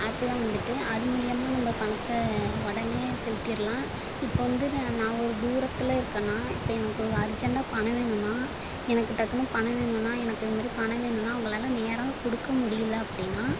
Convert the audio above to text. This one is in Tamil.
ஆப்பெலாம் வந்துட்டு அது மூலிமா நம்ம பணத்தை உடனே செலுத்திடலாம் இப்போ வந்து நான் நான் ஒரு தூரத்தில் இருக்கேனா இப்போ எனக்கு அர்ஜெண்டாக பணம் வேணுனால் எனக்கு டக்னு பணம் வேணுனால் எனக்கு இதுமாதிரி பணம் வேணுனால் அவங்களால நேராக கொடுக்க முடியலை அப்படினா